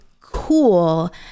cool